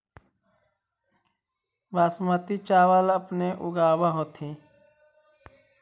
बासमती चाबल अपने ऊगाब होथिं?